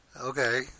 Okay